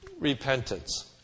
repentance